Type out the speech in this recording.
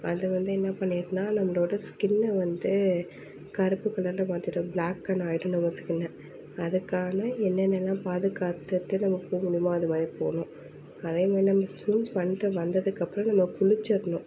அது வந்து என்ன பண்ணிடும்னா நம்மளோட ஸ்கின்னை வந்து கருப்பு கலரில் மாற்றிடும் பிளாக்கன்னாகிடும் நம்ம ஸ்கின்னை அதுக்கான என்னென்னலாம் பாதுகாத்துட்டு நம்ம போகணுமோ அதை மாதிரி போகணும் அதே மாதிரி நம்ம ஸ்விம் பண்ணிவிட்டு வந்ததுக்கப்புறம் நம்ம குளித்திருணும்